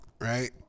right